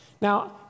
now